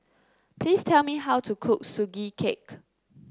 please tell me how to cook Sugee Cake